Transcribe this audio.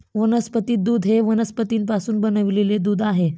वनस्पती दूध हे वनस्पतींपासून बनविलेले दूध आहे